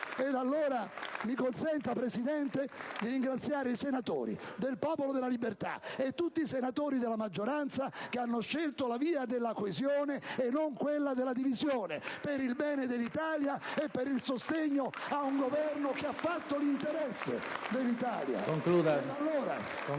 farlo. Mi consenta, Presidente, di ringraziare i senatori del Popolo della Libertà, e tutti i senatori della maggioranza, che hanno scelto la via della coesione e non quella della divisione, per il bene dell'Italia e per il sostegno a un Governo, che ha fatto l'interesse dell'Italia.